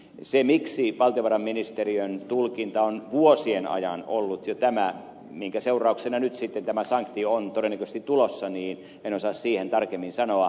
siitä miksi valtiovarainministeriön tulkinta on vuosien ajan ollut jo tämä minkä seurauksena nyt sitten tämä sanktio on todennäköisesti tulossa en osaa tarkemmin sanoa